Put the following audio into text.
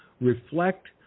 reflect